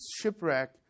shipwreck